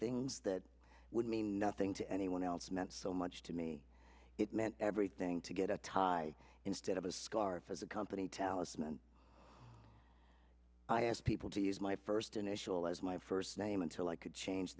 things that would mean nothing to anyone else meant so much to me it meant everything to get a tie instead of a scarf as a company talisman i asked people to use my first initial as my first name until i could change